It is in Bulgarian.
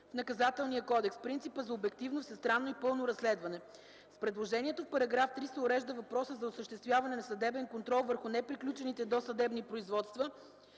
в Наказателния кодекс – принципа за обективно, всестранно и пълно разследване. С предложението в § 3 се урежда въпроса за осъществяване на съдебен контрол върху неприключените досъдебни производства